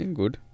good